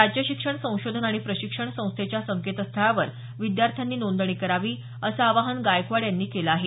राज्य शिक्षण संशोधन आणि प्रशिक्षण संस्थेच्या संकेतस्थळावर विद्यार्थ्यांनी नोंदणी करावी असं आवाहन गायकवाड यांनी केलं आहे